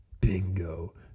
Bingo